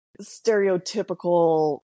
stereotypical